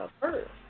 First